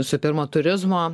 visų pirma turizmo